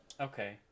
okay